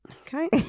Okay